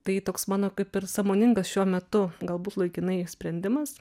tai toks mano kaip ir sąmoningas šiuo metu galbūt laikinai sprendimas